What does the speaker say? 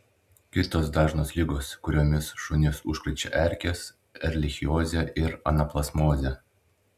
kitos dažnos ligos kuriomis šunis užkrečia erkės erlichiozė ir anaplazmozė